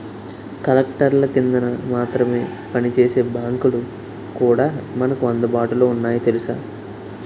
కలెక్టర్ల కిందన మాత్రమే పనిచేసే బాంకులు కూడా మనకు అందుబాటులో ఉన్నాయి తెలుసా